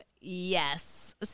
Yes